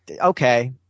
okay